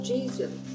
Jesus